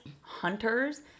hunters